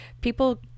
people